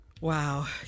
Wow